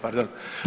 Pardon.